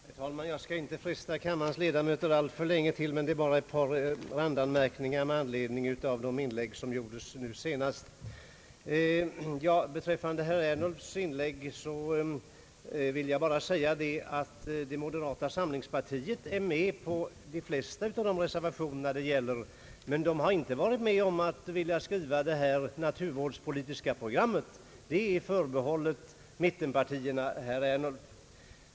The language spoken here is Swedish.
Herr talman! Jag skall inte fresta kammarens tålamod alltför länge; jag vill bara göra ett par randanmärkningar med anledning av de senaste inläggen. Till herr Ernulf vill jag säga att moderata samlingspartiet är med på de flesta av reservationerna, men det har Ang. förslag till miljöskyddslag m.m. inte velat vara med om att skriva det miljövårdspolitiska programmet. Det är förbehållet mittenpartierna, herr Ernulf.